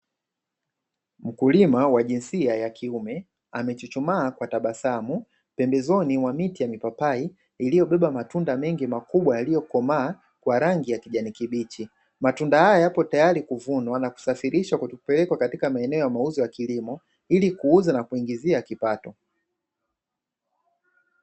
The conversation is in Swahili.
Mkulima wa jinsia ya kiume amechuchumaa kwa tabasamu pembezoni mwa miti ya mipapai iliyobeba matunda mengi makubwa yaliyokomaa kwa rangi ya kijani kibichi, matunda haya yapo tayari kuvunwa na kusafirishwa kupelekwa katika maeneo ya mauzo ya kilimo ili kuuza na kuingizia kipato.